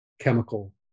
chemical